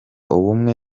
ubumwe